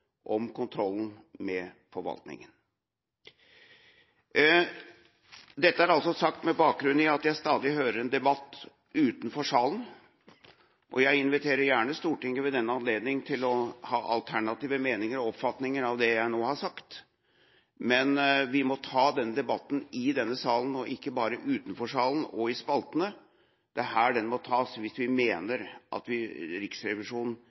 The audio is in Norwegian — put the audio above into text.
om kontrollen med forvaltninga. Dette er altså sagt med bakgrunn i at jeg stadig hører en debatt utenfor salen. Jeg inviterer gjerne Stortinget ved denne anledning til å ha alternative meninger og oppfatninger av det jeg nå har sagt, men vi må ta denne debatten i denne salen og ikke bare utenfor salen og i spaltene. Det er her den må tas hvis vi mener at Riksrevisjonen